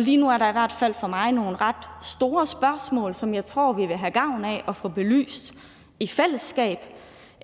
lige nu er der i hvert fald for mig nogle ret store spørgsmål, som jeg tror vi vil have gavn af at få belyst i fællesskab.